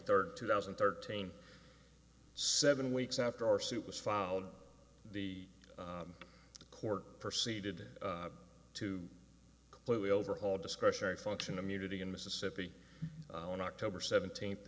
third two thousand and thirteen seven weeks after our suit was filed the court proceed to completely overhaul discretionary function immunity in mississippi on october seventeenth